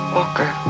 Walker